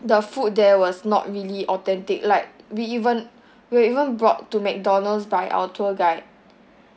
the food there was not really authentic like we even we're even brought to McDonald's by our tour guide